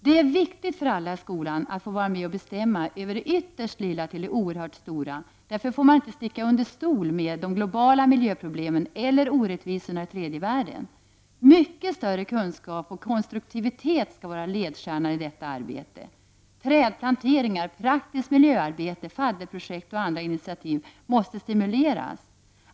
Det är viktigt för alla i skolan att få vara med och bestämma över det ytterst lilla till det oerhört stora. Därför får man inte sticka under stol med de globala miljöproblemen eller orättvisorna i tredje världen. Mycket större kunskap och konstruktivitet skall vara ledstjärnan i detta arbete. Trädplanteringar, praktiskt miljöarbete, fadderprojekt och andra initiativ måste stimuleras.